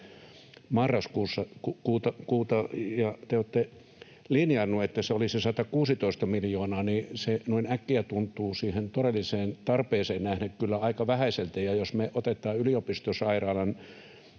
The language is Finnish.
marraskuuta ja te olette linjanneet, että se olisi 116 miljoonaa, niin se noin äkkiä tuntuu siihen todelliseen tarpeeseen nähden kyllä aika vähäiseltä. Jos me otamme yliopistosairaalan